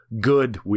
good